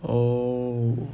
oh